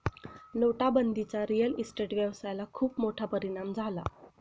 नोटाबंदीचा real estate व्यवसायाला खूप मोठा परिणाम झाला